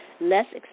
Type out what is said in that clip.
Less